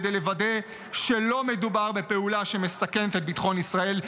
כדי לוודא שלא מדובר בפעולה שמסכנת את ביטחון ישראל,